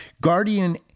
guardian